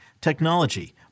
technology